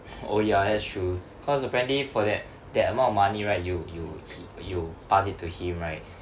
oh ya that's true cause apparently for that that amount of money right you you you pass it to him right